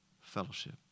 fellowship